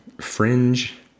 fringe